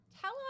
Tell